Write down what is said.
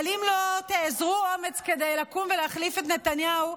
אבל אם לא תאזרו אומץ כדי לקום ולהחליף את נתניהו,